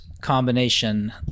combination